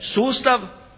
sustav